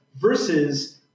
versus